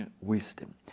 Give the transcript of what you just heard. wisdom